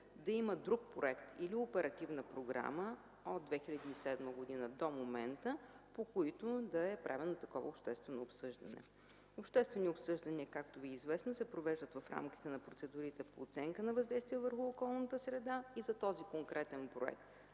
да има друг проект или оперативна програма от 2007 г. до момента, по които да е правено такова обществено обсъждане. Обществени обсъждания, както Ви е известно, се провеждат в рамките на процедурите по оценка на въздействието върху околната среда и за този конкретен проект